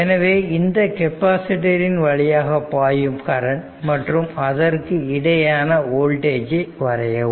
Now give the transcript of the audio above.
எனவே இந்த கெப்பாசிட்டரின் வழியாக பாயும் கரண்ட் மற்றும் அதற்கு இடையேயான வோல்டேஜ் ஐ வரையவும்